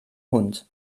hund